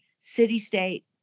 city-state